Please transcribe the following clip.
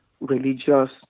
religious